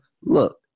look